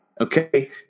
Okay